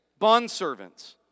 bondservants